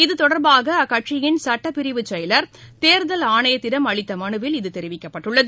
இதுதொடர்பாக அக்கட்சியின் சட்டப் பிரிவு செயலர் தேர்தல் ஆணையத்திடம் அளித்த மனுவில் இது தெரிவிக்கப்பட்டுள்ளது